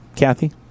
Kathy